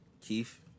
Keith